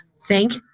Thank